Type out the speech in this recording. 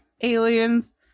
aliens